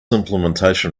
implementation